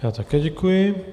Já také děkuji.